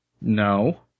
No